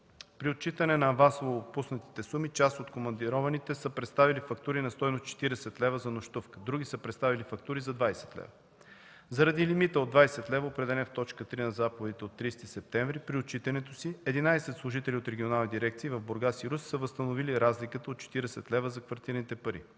При отчитане на авансово отпуснатите суми, част от командированите са представили фактури на стойност 40 лв. за нощувка, други са представили фактури за 20 лв. Заради лимита от 20 лв., определен в т. 3 на заповедите от 30 септември, при отчитането си 11 служители от регионални дирекции в Бургас и Русе са възстановили разликата до 40 лв. за квартирните пари.